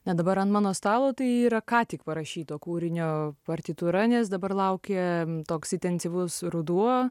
na dabar an mano stalo tai yra ką tik parašyto kūrinio partitūra nes dabar laukia toks intensyvus ruduo